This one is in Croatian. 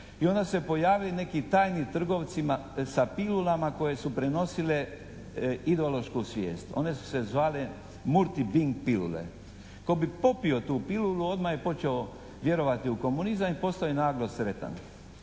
i onda su se pojavili neki tajni trgovci sa pilulama koje su prenosile ideološku svijest. One su se zvali multibing pilule. Tko bi popio tu pilulu odmah je počeo vjerovati u komunizam i postao je naglo sretan.